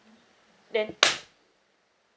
there